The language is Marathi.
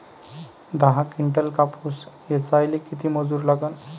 दहा किंटल कापूस ऐचायले किती मजूरी लागन?